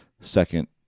second